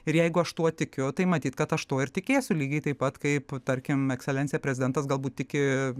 ir jeigu aš tuo tikiu tai matyt kad aš tuo ir tikėsiu lygiai taip pat kaip tarkim ekscelencija prezidentas galbūt tiki